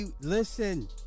Listen